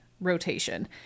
rotation